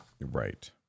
Right